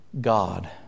God